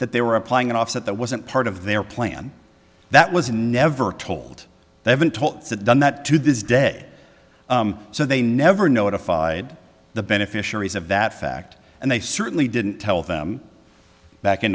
that they were applying an offset that wasn't part of their plan that was never told they'd been told that done that to this day so they never notified the beneficiaries of that fact and they certainly didn't tell them back in